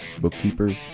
bookkeepers